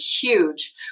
huge